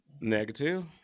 Negative